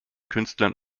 künstlern